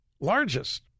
Largest